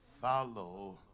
Follow